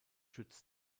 schützt